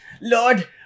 Lord